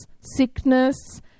sickness